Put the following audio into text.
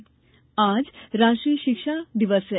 शिक्षा दिवस आज राष्ट्रीय शिक्षा दिवस है